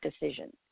decision